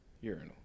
urinal